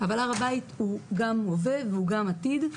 אבל הר הבית הוא גם הווה והוא גם עתיד,